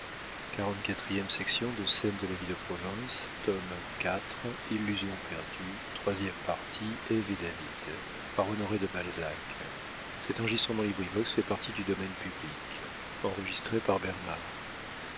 scènes de la vie de province tome iv author honoré de balzac